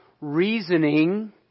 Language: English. reasoning